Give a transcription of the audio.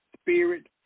spirit